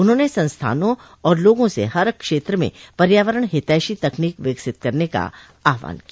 उन्होंने संस्थानों और लोगों से हर क्षेत्र में पर्यावरण हितैषो तकनीक विकसित करने का आहवान किया